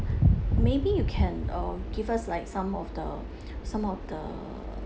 maybe you can um give us like some of the some of the